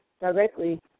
directly